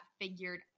figured